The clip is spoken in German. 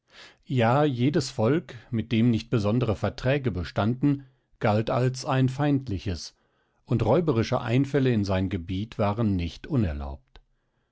ja jedes volk mit dem nicht besondere verträge bestanden galt als ein feindliches und räuberische einfälle in sein gebiet waren nicht unerlaubt